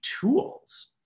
tools